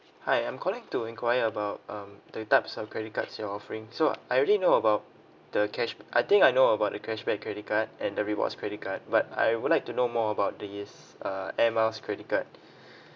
hi I'm calling to enquire about um the types of credit cards you're offering so I already know about the cash I think I know about the cashback credit card and the rewards credit card but I would like to know more about this uh Air Miles credit card